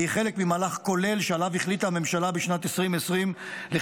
והיא חלק ממהלך כולל שעליו החליטה הממשלה בשנת 2020 לחיזוק